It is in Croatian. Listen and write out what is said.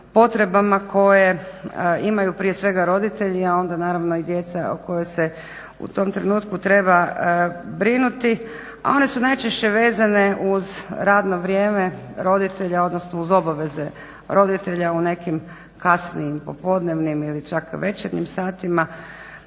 potrebama koje imaju prije svega roditelji, a onda naravno i djela o kojoj se u tom trenutku treba brinuti, a one su najčešće vezane uz radno vrijeme roditelja odnosno uz obaveze roditelja u nekim kasnijim popodnevnim ili čak večernjim satima